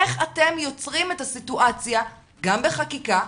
איך אתם יוצרים את הסיטואציה גם בחקיקה,